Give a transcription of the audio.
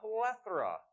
plethora